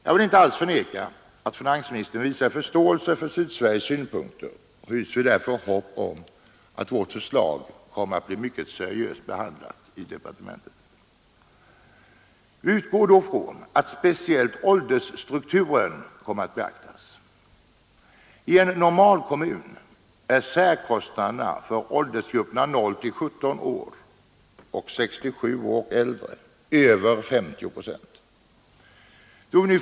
Jag vill inte alls förneka att finansministern visar förståelse för Sydsveriges synpunkter, och vi hyser därför hopp om att vårt förslag kommer att bli mycket seriöst behandlat i departementet. Vi utgår då ifrån att speciellt åldersstrukturen kommer att beaktas. I en normalkommun är särkostnaderna för åldersgrupperna 0—17 år samt 67 år och äldre över 50 procent.